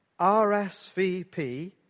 RSVP